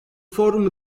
forum